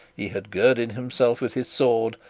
he had girded himself with his sword,